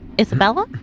Isabella